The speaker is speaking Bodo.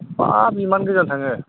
हाब इमान गोजान थाङो